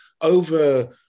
over